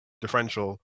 differential